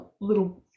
little